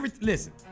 Listen